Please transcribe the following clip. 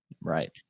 Right